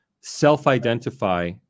self-identify